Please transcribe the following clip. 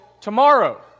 tomorrow